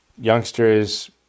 youngsters